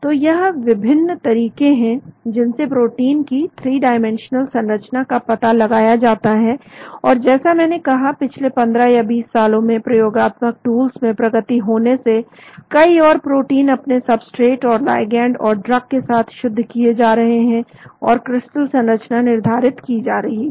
तो यह विभिन्न तरीके हैं जिनसे प्रोटीन की थ्री डाइमेंशनल संरचना का पता लगाया जाता है और जैसा मैंने कहा पिछले 15 या 20 सालों में प्रयोगात्मक टूल्स में प्रगति होने से कई और प्रोटीन अपने सबस्ट्रेट और लाइगैंड और ड्रग के साथ शुद्ध किए जा रहे हैं और क्रिस्टल संरचना निर्धारित की जा रही है